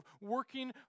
working